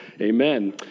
Amen